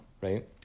right